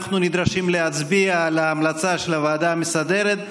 אנחנו נדרשים להצביע על ההמלצה של הוועדה המסדרת.